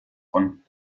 von